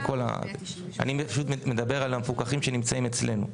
אני פשוט מדבר על המפוקחים שנמצאים אצלנו.